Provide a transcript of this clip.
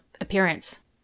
appearance